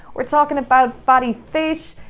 we're talking about fatty fish,